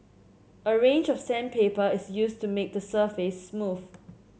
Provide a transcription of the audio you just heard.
a range of sandpaper is used to make the surface smooth